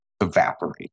evaporate